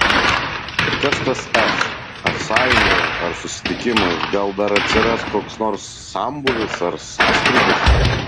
kas tas s ar sąjunga ar susitikimas gal dar atsiras koks nors sambūvis ar sąskrydis